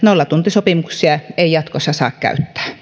nollatuntisopimuksia ei jatkossa saa käyttää